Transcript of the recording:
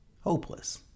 hopeless